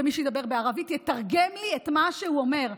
ומי שידבר בערבית יתרגם לי את מה שהוא אומר.